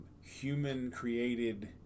human-created